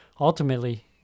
ultimately